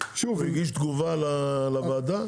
הוא הגיש תגובה לוועדה?